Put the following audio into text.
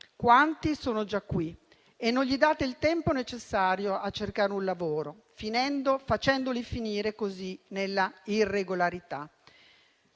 quanti sono già qui e non gli date il tempo necessario a cercare un lavoro, facendoli finire così nella irregolarità.